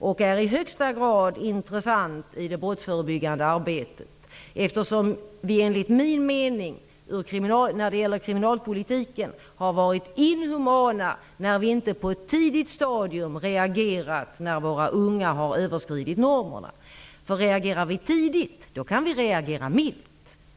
Den är i högsta grad intressant i det brottsförebyggande arbetet, eftersom vi enligt min mening, när det gäller kriminalpolitiken, har varit inhumana när vi inte på ett tidigt stadium reagerat när våra ungar har överskridit normerna. Om vi reagerar tidigt kan vi reagera milt.